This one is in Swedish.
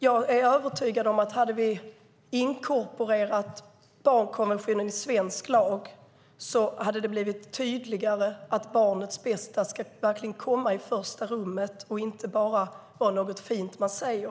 Jag är övertygad om att det, om vi hade inkorporerat barnkonventionen i svensk lag, hade blivit tydligare att barnets bästa verkligen ska komma i första rummet och inte bara vara något fint man säger.